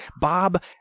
Bob